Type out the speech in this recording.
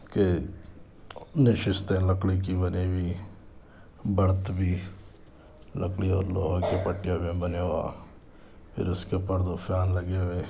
کہ نشستیں لکڑی کی بنی ہوئی برتھ بھی لکڑی اور لوہے کی پٹیوں پہ بنے ہوا پھر اس کے اوپر دو فین لگے ہوئے